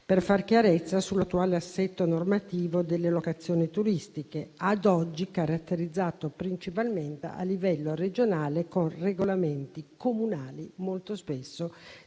per far chiarezza sull'attuale assetto normativo delle locazioni turistiche, ad oggi caratterizzato principalmente a livello regionale con regolamenti comunali molto spesso